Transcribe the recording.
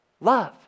Love